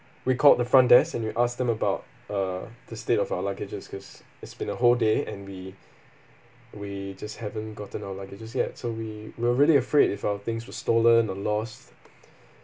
we called the front desk and we ask them about uh the state of our luggages because it's been a whole day and we we just haven't gotten our luggages yet so we we were really afraid if our things were stolen or lost